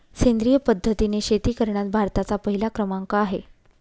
सेंद्रिय पद्धतीने शेती करण्यात भारताचा पहिला क्रमांक आहे